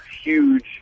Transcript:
huge